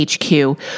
HQ